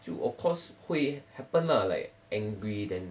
of course 会 happened lah like angry then